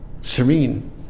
serene